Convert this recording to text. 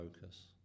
focus